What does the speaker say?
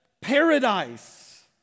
paradise